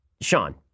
Sean